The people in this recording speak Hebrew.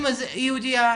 היא יהודייה?